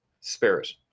spirit